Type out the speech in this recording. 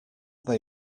they